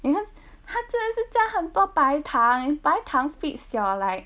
because 它真的是加很多白糖白糖 feeds your like